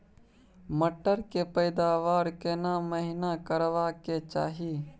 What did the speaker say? मटर के पैदावार केना महिना करबा के चाही?